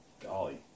golly